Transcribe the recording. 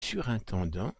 surintendant